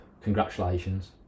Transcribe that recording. congratulations